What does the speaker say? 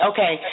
Okay